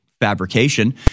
fabrication